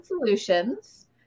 solutions